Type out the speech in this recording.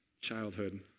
childhood